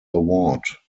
award